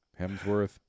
Hemsworth